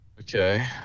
Okay